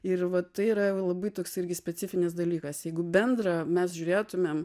ir va tai yra labai toks irgi specifinis dalykas jeigu bendrą mes žiūrėtumėm